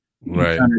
Right